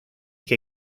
que